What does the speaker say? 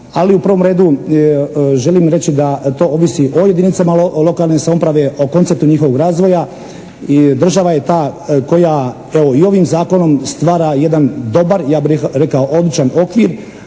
ali u prvom redu želim reći da to ovisi o jedinicama lokalne samouprave, o konceptu njihovog razvoja i država je ta koja evo i ovim Zakonom stvara jedan dobar ja bih rekao odličan okvir,